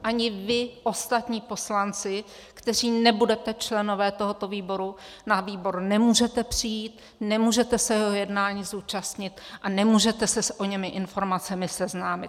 Ani vy ostatní poslanci, kteří nebudete členové tohoto výboru, na výbor nemůžete přijít, nemůžete se jeho jednání zúčastnit a nemůžete se s oněmi informacemi seznámit.